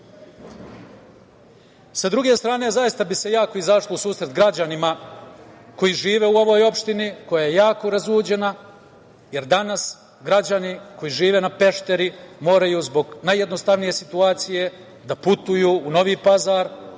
druge strane, zaista bi se jako izašlo u susret građanima koji žive u ovoj opštini, koja je jako razuđena, jer danas građani koji žive na Pešteri moraju zbog najjednostavnije situacije da putuju u Novi Pazar